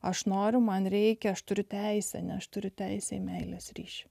aš noriu man reikia aš turiu teisę ne aš turiu teisę į meilės ryšį